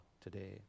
today